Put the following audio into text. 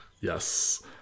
yes